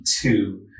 two